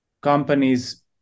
companies